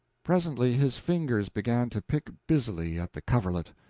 presently his fingers began to pick busily at the coverlet,